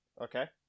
Okay